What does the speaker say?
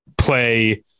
Play